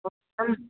okay